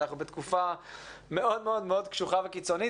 אנחנו בתקופה מאוד מאוד קשוחה וקיצונית